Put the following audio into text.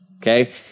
Okay